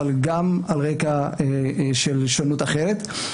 אבל גם על רקע של שונות אחרת.